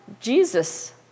Jesus